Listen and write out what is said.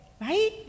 right